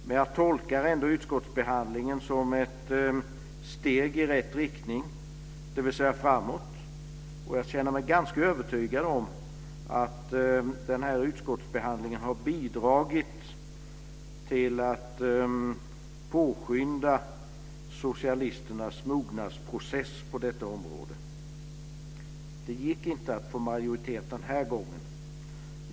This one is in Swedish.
Men jag tolkar ändå utskottsbehandlingen som ett steg i rätt riktning, dvs. framåt. Jag känner mig ganska övertygad om att den här utskottsbehandlingen har bidragit till att påskynda socialisternas mognadsprocess på detta område. Det gick inte att få majoritet den här gången.